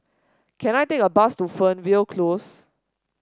can I take a bus to Fernvale Close